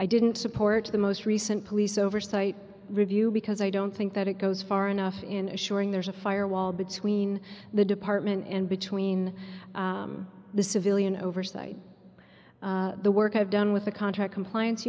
i didn't support the most recent police oversight review because i don't think that it goes far enough in assuring there's a firewall between the department and between the civilian oversight of the work i've done with the contract compliance